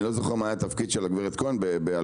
אני לא זוכר מה היה התפקיד של גברת כהן --- אני